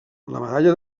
medalla